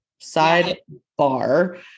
sidebar